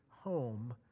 home